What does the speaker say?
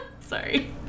Sorry